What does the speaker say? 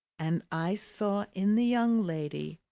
and i saw in the young lady,